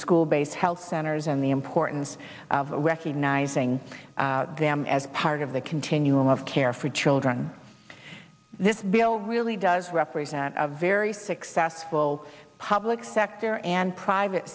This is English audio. school based health centers and the importance of recognizing them as part of the continuum of care for children this bill really does represent a very successful public sector and private